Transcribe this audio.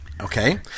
Okay